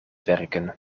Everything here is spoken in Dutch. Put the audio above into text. werken